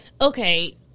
Okay